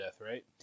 right